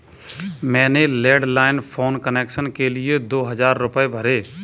मैंने landline phone connection के लिए दो हजार रुपए भरे